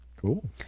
Cool